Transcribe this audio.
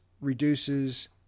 reduces